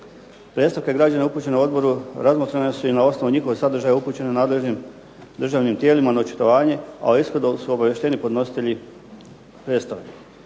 Predstavke građana upućene odboru razmotrene su i na osnovu njihovog sadržaja upućene nadležnim državnim tijelima na očitovanje, a …/Ne razumije se./… su obaviješteni podnositelji predstavki,